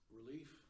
relief